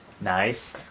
Nice